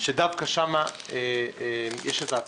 זו לא